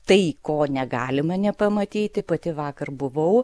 tai ko negalima nepamatyti pati vakar buvau